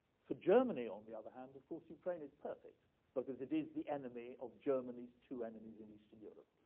for germany, on the other hand, of course, ukraine is perfect because it is the enemy of germany's two enemies in eastern europe,